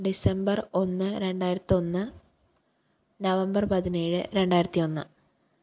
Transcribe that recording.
December ഒന്ന് രണ്ടായിരത്തി ഒന്ന് നവംബർ പതിനേഴ് രണ്ടായിരത്തി ഒന്ന്